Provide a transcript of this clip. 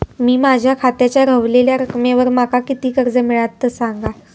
मी माझ्या खात्याच्या ऱ्हवलेल्या रकमेवर माका किती कर्ज मिळात ता सांगा?